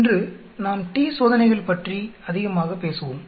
இன்று நாம் t சோதனைகள் பற்றி அதிகமாக பேசுவோம்